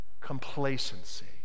complacency